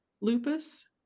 lupus